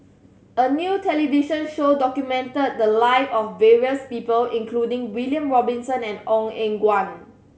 a new television show documented the live of various people including William Robinson and Ong Eng Guan